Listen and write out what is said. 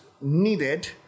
needed